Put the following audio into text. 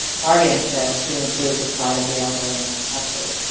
guardianship to improve the plight of the elderly in this country.